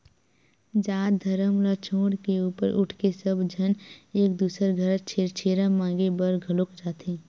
जात धरम ल छोड़ के ऊपर उठके सब झन एक दूसर घर छेरछेरा मागे बर घलोक जाथे